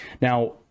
Now